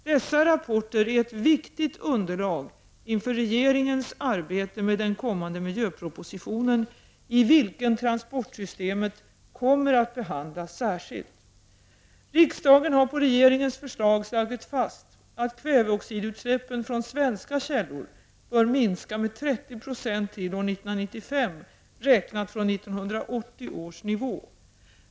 Dessa rapporter är ett viktigt underlag inför regeringens arbete med den kommande miljöpropositionen, i vilken transportsystemet kommer att behandlas särskilt. Riksdagen har på regeringens förslag slagit fast att kväveoxidutsläppen från svenska källor bör minska med 30 Yo till år 1995, räknat från 1980 års nivå.